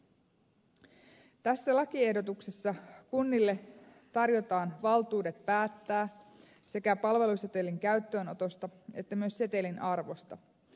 tässä lakiehdotuksessa kunnille tarjotaan valtuudet päättää sekä palvelusetelin käyttöönotosta että myös setelin arvosta